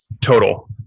Total